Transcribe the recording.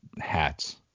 hats